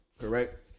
correct